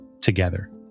together